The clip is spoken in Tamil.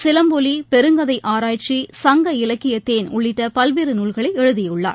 சிலம்பொலி பெருங்கதை ஆராய்ச்சி சங்க இலக்கிய தேன் உள்ளிட்ட பல்வேறு நூல்களை எழுதியுள்ளார்